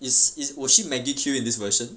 is it was she maggie Q in this version